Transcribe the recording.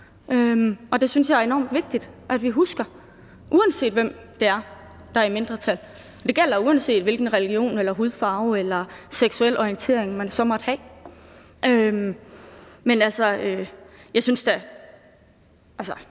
og det synes jeg er enormt vigtigt vi husker, uanset hvem der er i mindretal. Og det gælder, uanset hvilken religion eller hudfarve eller seksuel orientering man så måtte have. Det vil undre